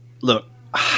Look